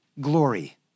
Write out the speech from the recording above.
glory